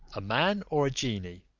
a man or a genie?